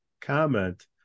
comment